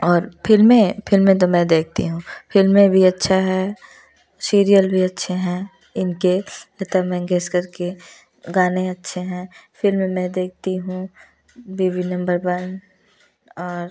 और फिल्में फिल्में तो मैं देखती हूँ फिल्में भी अच्छा है सीरियल भी अच्छे हैं इनके लता मंगेशकर के गाने अच्छे हैं फिल्म मैं देखती हूँ बीवी नंबर वन और